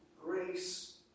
Grace